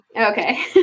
Okay